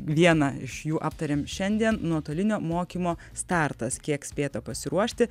vieną iš jų aptarėm šiandien nuotolinio mokymo startas kiek spėta pasiruošti